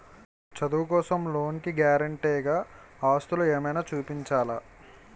చదువు కోసం లోన్ కి గారంటే గా ఆస్తులు ఏమైనా చూపించాలా?